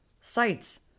sites